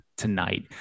tonight